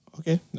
Okay